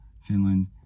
Finland